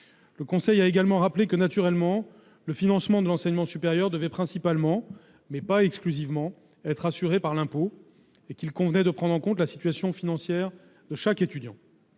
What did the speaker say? Le Conseil a également rappelé que le financement de l'enseignement supérieur devait principalement- mais pas exclusivement -être assuré par l'impôt et qu'il convenait de prendre en compte la situation financière de chaque étudiant.